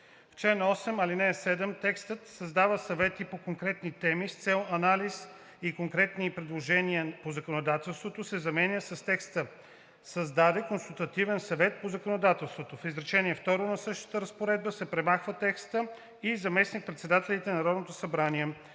ал. 7 текстът „създава съвети по конкретни теми с цел анализ и конкретни предложения по законодателството“ се заменя с текста „създаде Консултативен съвет по законодателството“. В изречение второ на същата разпоредба се премахва текстът „и заместник-председателите на Народното събрание“.“